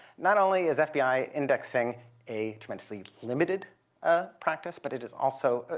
not only is fbi indexing a tremendously limited ah practice but it is also,